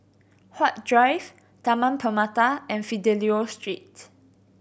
Huat Drive Taman Permata and Fidelio Street